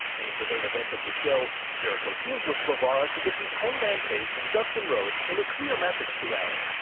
in the main event of the show, jericho teamed with guevara to defeat hangman page and dustin rhodes in a clear message to allin,